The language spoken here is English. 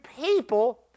people